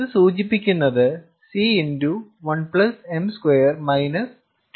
ഇത് സൂചിപ്പിക്കുന്നത് C1m2 2m1m0